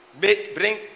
bring